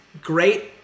great